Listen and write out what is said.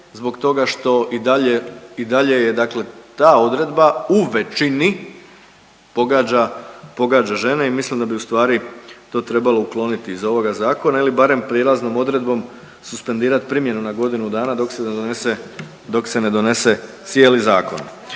zbog toga što i dalje, i dalje je dakle ta odredba u većini pogađa, pogađa žene i mislim da bi ustvari to trebalo ukloniti iz ovoga zakona ili barem prijelaznom odredbom suspendirati primjenu na godinu dana dok se ne donese, dok